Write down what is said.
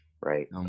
right